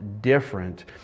different